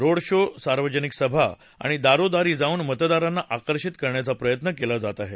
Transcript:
road show सार्वजनिक सभा आणि दारोदारी जाऊन मतदारांना आकषिंत करण्याचा प्रयत्न केला जात आहे